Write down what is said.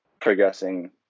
progressing